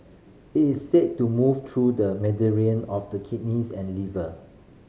it is said to move through the of the kidneys and liver